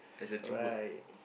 alright